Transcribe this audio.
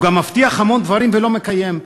הוא גם מבטיח המון דברים ולא מקיים,